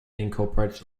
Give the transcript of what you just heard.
incorporates